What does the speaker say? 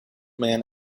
man